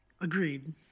Agreed